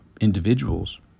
individuals